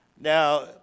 Now